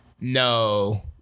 No